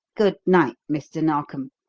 good-night, mr. narkom!